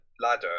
Ladder